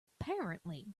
apparently